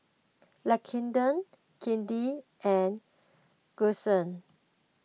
Lakendra Katie and Gussie